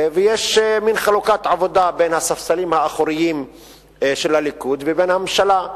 ויש מין חלוקת עבודה בין הספסלים האחוריים של הליכוד לבין הממשלה.